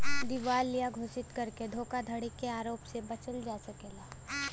दिवालिया घोषित करके धोखाधड़ी के आरोप से बचल जा सकला